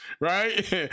Right